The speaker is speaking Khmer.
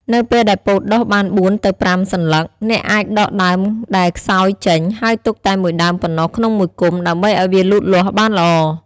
នៅពេលដែលពោតដុះបាន ៤ ទៅ ៥ សន្លឹក អ្នកអាចដកដើមដែលខ្សោយចេញ ហើយទុកតែមួយដើមប៉ុណ្ណោះក្នុងមួយគុម្ព ដើម្បីឱ្យវាលូតលាស់បានល្អ។